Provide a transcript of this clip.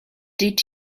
did